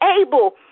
able